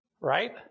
Right